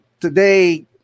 today